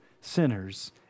sinners